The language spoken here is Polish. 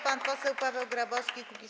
Pan poseł Paweł Grabowski, Kukiz’15.